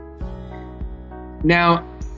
Now